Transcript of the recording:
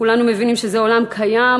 כולנו מבינים שזה עולם קיים,